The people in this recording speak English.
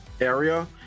area